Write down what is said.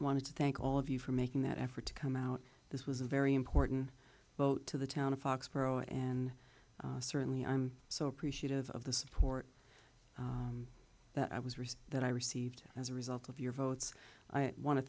wanted to thank all of you for making that effort to come out this was a very important vote to the town of foxborough and certainly i'm so appreciative of the support that i was risk that i received as a result of your votes i want to